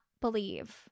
believe